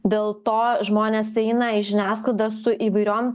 dėl to žmonės eina į žiniasklaidą su įvairiom